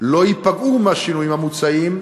לא ייפגעו מהשינויים המוצעים,